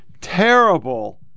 Terrible